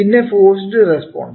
പിന്നെ forced response